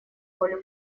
волю